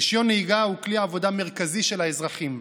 רישיון נהיגה הוא כלי עבודה מרכזי של האזרחים.